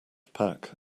pack